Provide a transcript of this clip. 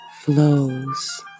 flows